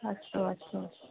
अस्तु अस्तु